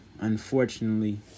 unfortunately